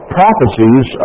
prophecies